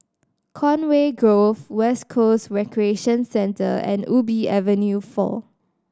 Conway Grove West Coast Recreation Centre and Ubi Avenue Four